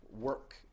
work